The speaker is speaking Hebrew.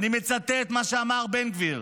ואני מצטט את מה שאמר בן גביר: